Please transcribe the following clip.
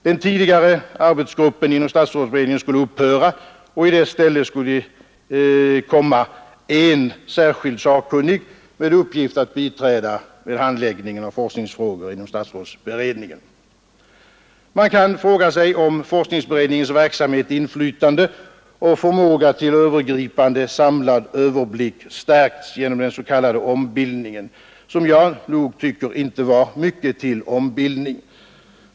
Den tidigare arbetsgruppen inom statsrådsberedningen skulle upphöra, och i dess ställe skulle komma en särskild sakkunnig med uppgift att biträda med handläggning av forskningsfrågor inom statsrådsberedningen. Man kan fråga sig om forskningsberedningens verksamhet, inflytande och förmåga till övergripande samlad överblick stärkts genom den s.k. ombildning som enligt min uppfattning inte var mycket till ombild ning.